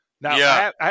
now